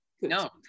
no